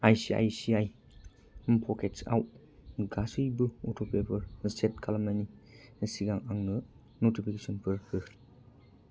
I C I C I प'केट्सआव गासैबो अट'पेफोर सेथ खालामनायनि सिगां आंनो नटिफिकेसनफोर हो